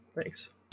Thanks